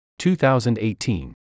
2018